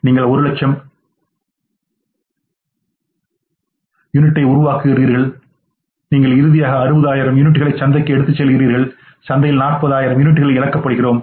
நீங்கள் 100000 யூனிட்டை உருவாக்குகிறீர்கள் நீங்கள் இறுதியாக 60000 யூனிட்டுகளை சந்தைக்கு எடுத்துச் செல்கிறீர்கள் எனவே சந்தையில் 40000 யூனிட்டுகள் இழக்கப்படுகிறோம்